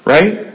Right